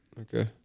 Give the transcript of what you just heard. Okay